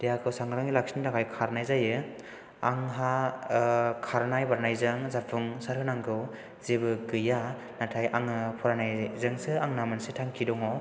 देहाखौ सांग्राङै लाखिनो थाखाय खारनाय जायो आंहा खारनाय बारनायजों जाफुंसार होनांगौ जेबो गैया नाथाय आङो फरायनायजोंसो आंना मोनसे थांखि दङ